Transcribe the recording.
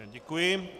Děkuji.